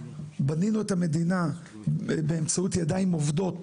בנינו את המדינה באמצעות ידיים עובדות